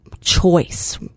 choice